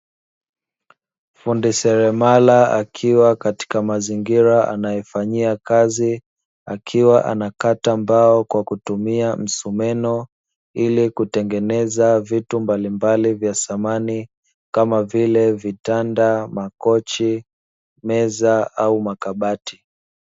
Fundi seremala akiwa katika mazingira anayofanyia kazi, akiwa anakata mbao kwa kutumia msumeno ili kutengeneza vitu mbalimbali vya samani kama vile vitanda, makochi, meza au makabati.